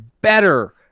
better